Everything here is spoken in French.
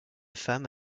femmes